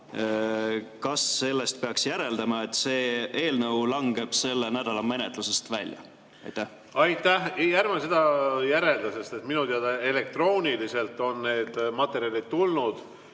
Kas sellest peaks järeldama, et see eelnõu langeb selle nädala menetlusest välja? Aitäh! Ei, ärme seda järeldada. Minu teada elektrooniliselt on need materjalid tulnud